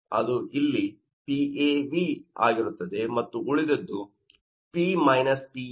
ಅದು ಇಲ್ಲಿ PAv ಆಗಿರುತ್ತದೆ ಮತ್ತು ಉಳಿದದ್ದು P-PAv